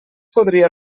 podria